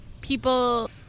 people